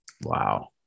wow